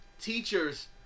Teachers